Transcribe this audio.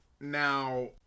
now